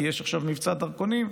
כי יש עכשיו מבצע דרכונים,